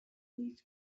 evening